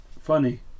funny